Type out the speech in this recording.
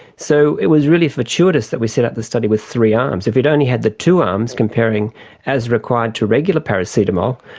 so it was really fortuitous that we set up the study with three arms. if we had only had the two arms, comparing as required to regular paracetamol,